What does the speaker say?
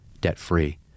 debt-free